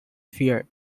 fear